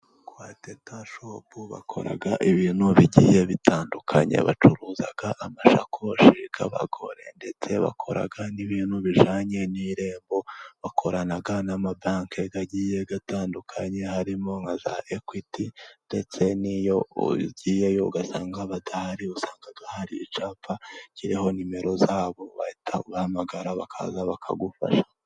Kwa teta shopu bakora ibintu bigiye bitandukanye, bacuruza amashakoshi y'abagore ndetse bakora n'ibintu bijyanye n'irembo, bakorana n'amabanki agiye gatandukanye harimo nka za ekwiti, ndetse n'iyo ugiyeyo ugasanga badahari, usanga hari icyapa kiriho nimero zabo ugahita uhamagara bakaza bakagufasha.